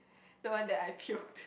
the one that I puked